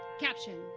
caption